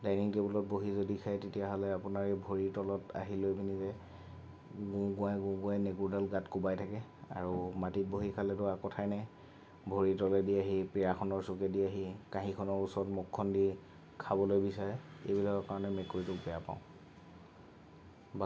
dining টেবুলত বহি যদি খায় তেতিয়াহ'লে আপোনাৰ এই ভৰিৰ তলত আহিলৈ পেনি যে গুঁগুৱাই গুঁগুৱাই নেগুৰডাল গাত কোবাই থাকে আৰু মাটিত বহি খালেতো আৰু কথাই নাই ভৰিৰ তলেদি আহি পীৰাখনৰ চুকেদি আহি কাঁহীখনৰ ওচৰত মুখখন দি খাবলৈ বিচাৰে এইবিলাকৰ কাৰণে মেকুৰীটো বেয়া পাওঁ